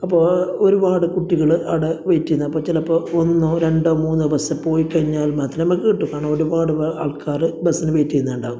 അപ്പോൾ ഒരുപാട് കുട്ടികള് അവിടെ വെയ്റ്റ് ചെയ്യുന്നു അപ്പോൾ ചിലപ്പോൾ ഒന്നോ രണ്ടോ മൂന്നോ ബസ്സ് പോയിക്കഴിഞ്ഞാൽ മാത്രമേ നമ്മൾക്ക് കിട്ടൂ കാരണം ഒരുപാട് പേർ ആൾക്കാര് ബസ്സിന് വെയ്റ്റ് ചെയ്യുന്നുണ്ടാവും